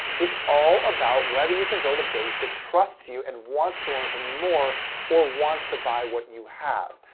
it's all about whether you can build a base that trusts you and wants to learn from you more or wants to buy what you have.